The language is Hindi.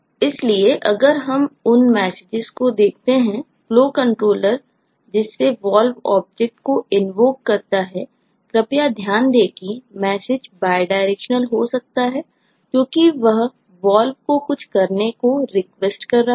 इसलिए अगर हम उन मैसेजेस कर रहा है